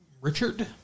Richard